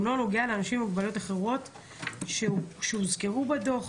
לא נוגע לאנשים עם מוגבלויות אחרות שהוזכרו בדוח,